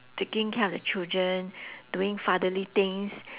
taking care of the children doing fatherly things